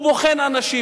הוא בוחן אנשים.